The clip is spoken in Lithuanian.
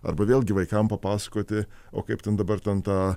arba vėlgi vaikam papasakoti o kaip ten dabar ten tą